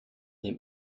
dem